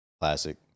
Classic